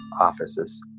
offices